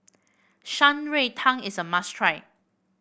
Shan Rui Tang is a must try